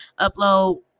upload